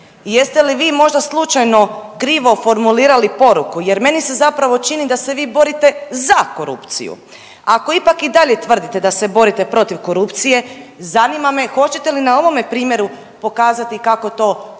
Jeste li vi možda slučajno krivo formulirali poruku jer meni se zapravo čini da se vi borite za korupciju. Ako ipak i dalje tvrdite da se borite protiv korupcije zanima me hoćete li na ovome primjeru pokazati kako to